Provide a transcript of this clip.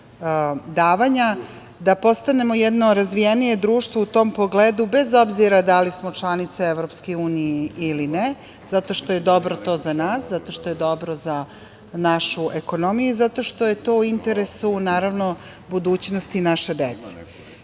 da postanemo jedno razvijenije društvo u tom pogledu, bez obzira da li smo članice EU ili ne, zato što je dobro to za nas, zato što je dobro za našu ekonomiju i zato što je to u interesu budućnosti naše